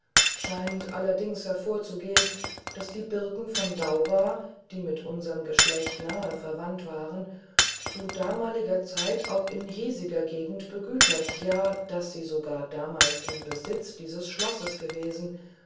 scheint allerdings hervorzugehen daß die birken von dauba die mit unserm geschlecht nahe verwandt waren zu damaliger zeit auch in hiesiger gegend begütert ja daß sie sogar damals im besitz dieses schlosses gewesen